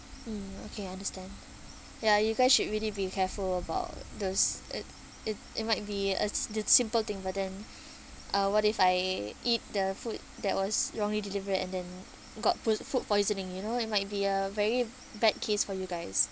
mm okay understand ya you guys should really be careful about this it it it might be a s~ d~ simple thing but then uh what if I eat the food that was wrongly delivered and then got pu~ food poisoning you know it might be a very bad case for you guys